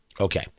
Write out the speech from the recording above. Okay